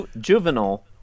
juvenile